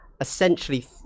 essentially